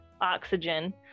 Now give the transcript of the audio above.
oxygen